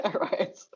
Right